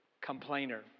complainer